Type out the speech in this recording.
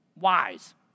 Wise